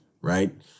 right